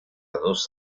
dos